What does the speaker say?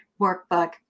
workbook